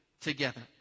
together